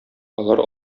алар